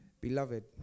Beloved